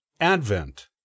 Advent